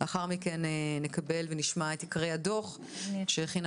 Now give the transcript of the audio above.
לאחר מכן נקבל ונשמע את עיקרי הדוח שהכינה